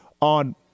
on